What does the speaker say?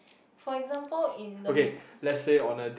for example in the